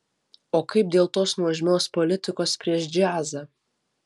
o kaip dėl tos nuožmios politikos prieš džiazą